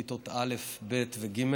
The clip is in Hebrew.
כיתות א', ב' וג'